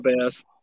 best